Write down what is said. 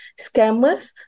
scammers